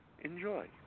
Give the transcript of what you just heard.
Enjoy